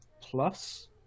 Plus